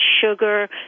sugar